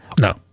no